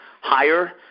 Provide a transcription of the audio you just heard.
higher